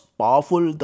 powerful